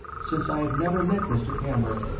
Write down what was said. since i have never met mr. camber.